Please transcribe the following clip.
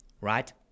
right